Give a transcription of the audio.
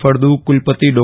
ફળદુ કુલપતિ ડો